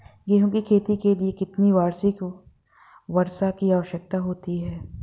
गेहूँ की खेती के लिए कितनी वार्षिक वर्षा की आवश्यकता होती है?